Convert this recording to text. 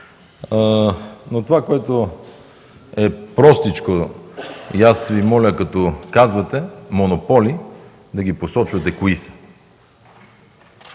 Това, което е простичко – аз Ви моля, като казвате „монополи”, да ги посочвате кои са.